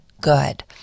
good